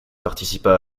participa